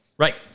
Right